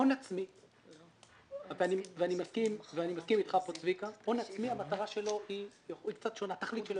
אבל ההערה הייתה על שם החוק.